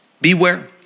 Beware